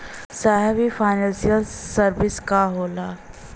साहब इ financial service का होला?